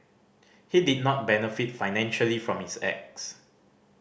he did not benefit financially from his acts